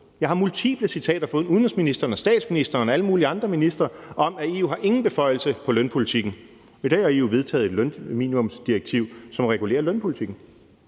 Jeg har multiple citater fra både udenrigsministeren og statsministeren og alle mulige andre ministre om, at EU ingen beføjelser har på lønpolitikken. I dag har EU vedtaget et minimumslønsdirektiv, som regulerer lønpolitikken.